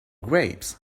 grapes